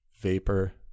vapor